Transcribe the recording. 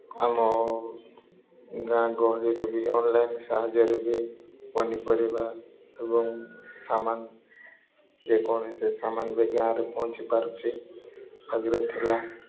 ଆମ ଗାଁ ଗହଳିରେ ବି ଅନ୍ଲାଇନ୍ ସାହାଯ୍ୟରେ ବି ପନିପରିବା ଏବଂ ସାମାନ୍ ଯେକୌଣସି ସାମାନ୍ ବି ଗାଁରେ ପହଞ୍ଚିପାରୁଛି ଆଗରେ ଥିଲା